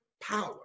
power